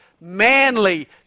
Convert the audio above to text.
manly